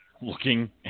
looking